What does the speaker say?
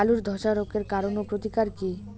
আলুর ধসা রোগের কারণ ও প্রতিকার কি?